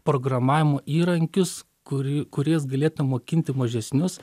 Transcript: programavimo įrankius kurių kuriais galėtų mokinti mažesnius